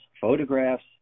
photographs